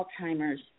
Alzheimer's